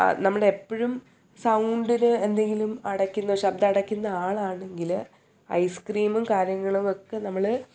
നമ്മുടെ എപ്പോഴും സൗണ്ടിൽ എന്തെങ്കിലും അടയ്ക്കുന്ന ശബ്ദം അടയ്ക്കുന്ന ആളാണെങ്കിൽ ഐസ്ക്രീമും കാര്യങ്ങളും ഒക്കെ നമ്മൾ